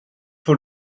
får